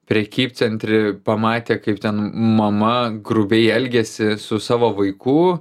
prekybcentry pamatė kaip ten mama grubiai elgiasi su savo vaiku